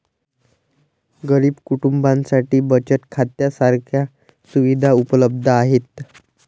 गरीब कुटुंबांसाठी बचत खात्या सारख्या सुविधा उपलब्ध आहेत